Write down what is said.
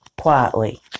quietly